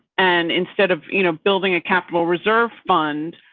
and instead of you know building a capital reserve fund.